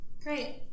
Great